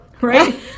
right